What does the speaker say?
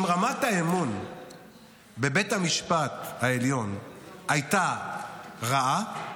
שאם רמת האמון בבית המשפט העליון הייתה רעה,